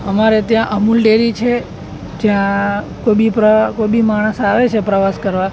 અમારે ત્યા અમૂલ ડેરી છે જ્યાં કોઇ બી કોઈ બી માણસ આવે છે પ્રવાસ કરવા